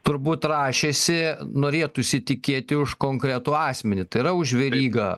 turbūt rašėsi norėtųsi tikėti už konkretų asmenį tai yra už verygą